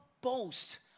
boast